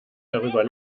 darüber